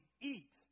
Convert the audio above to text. Eat